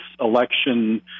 election